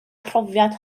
profiad